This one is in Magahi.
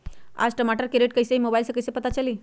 आज टमाटर के रेट कईसे हैं मोबाईल से कईसे पता चली?